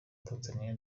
tanzaniya